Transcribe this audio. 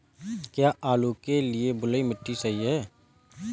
क्या आलू के लिए बलुई मिट्टी सही है?